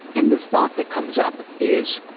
and the thought that comes up is,